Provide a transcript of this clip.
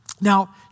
Now